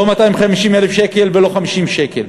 לא 250,000 ולא 50 שקל,